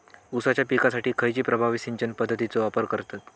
ऊसाच्या पिकासाठी खैयची प्रभावी सिंचन पद्धताचो वापर करतत?